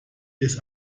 des